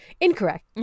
incorrect